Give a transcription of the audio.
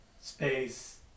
space